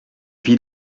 vit